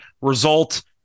result